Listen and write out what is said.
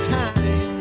time